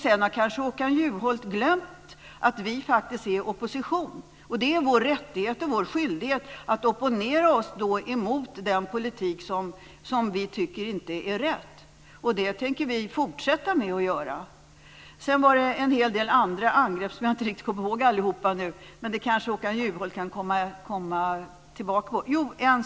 Sedan har Håkan Juholt kanske glömt att vi faktiskt är i opposition, och det är vår rättighet och vår skyldighet att opponera oss emot en politik som vi inte tycker är rätt, och det tänker vi fortsätta med. Jag kom inte riktigt ihåg alla angrepp, men en sak gällde ekonomin.